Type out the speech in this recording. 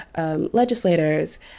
legislators